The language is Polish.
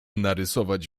narysować